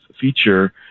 feature